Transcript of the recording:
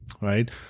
right